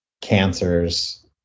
cancers